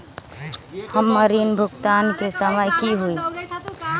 हमर ऋण भुगतान के समय कि होई?